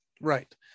Right